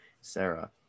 Sarah